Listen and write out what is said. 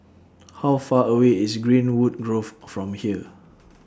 How Far away IS Greenwood Grove from here